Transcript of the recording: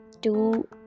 two